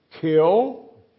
Kill